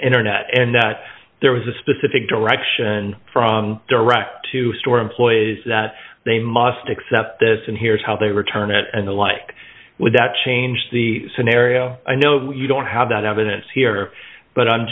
internet and that there was a specific direction from direct to store employees that they must accept this and here's how they return it and the like would that change the scenario i know you don't have that evidence here but i'm